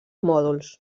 mòduls